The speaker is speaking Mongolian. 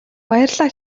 баярлалаа